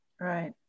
Right